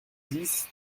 dix